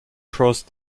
crossed